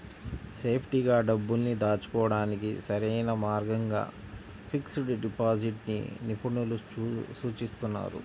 సేఫ్టీగా డబ్బుల్ని దాచుకోడానికి సరైన మార్గంగా ఫిక్స్డ్ డిపాజిట్ ని నిపుణులు సూచిస్తున్నారు